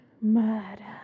Murder